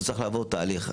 הוא צריך לעבור תהליך.